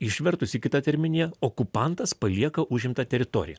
išvertus į kitą terminiją okupantas palieka užimtą teritoriją